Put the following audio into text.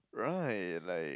right like